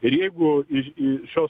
ir jeigu ir į šios